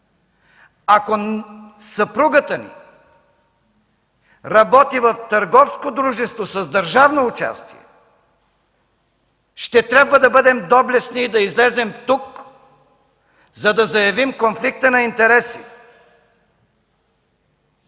Ако съпругата ни работи в търговско дружество с държавно участие, ще трябва да бъдем доблестни и да излезем тук, за да заявим конфликта на интереси.